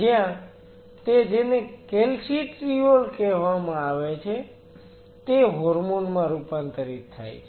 જ્યાં તે જેને કેલ્સીટ્રિઓલ કહેવામાં આવે છે તે હોર્મોન માં રૂપાંતરિત થાય છે